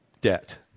Debt